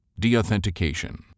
Deauthentication